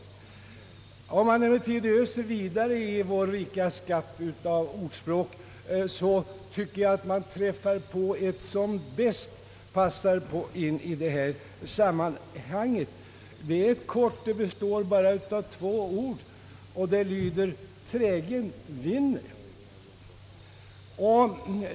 Öser man emellertid vidare i vår rika skatt av ordspråk träffar man på ett som jag tycker passar bäst in i detta sammanhang. Det är kort, består bara av två ord och lyder »trägen vinner».